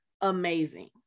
amazing